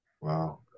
Wow